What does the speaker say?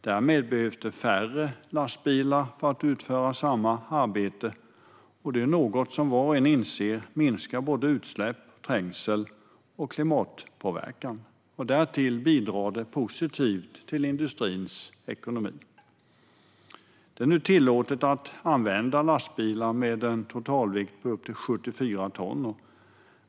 Därmed behövs färre lastbilar för att utföra samma arbete, och det är något som var och en inser minskar utsläpp, trängsel och klimatpåverkan. Därtill bidrar det positivt till industrins ekonomi. Det är nu tillåtet att använda lastbilar med en totalvikt på upp till 74 ton.